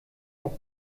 auf